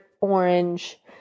orange